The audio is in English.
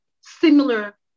similar